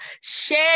Share